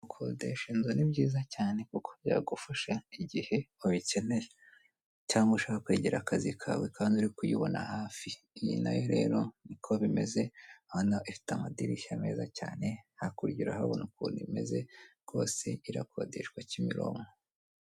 Gukodesha inzu ni byiza cyane kuko biragufasha igihe ubikenera cyangwa ushaka kwegera akazi kawe kandi uri kuyibona hafi, iyi nayo rero niko bimeze urabona ifite amadirishya meza cyane hakurya urahabona ukuntu imeze rwose irakodeshwa Kimironko.